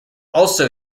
also